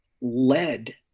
led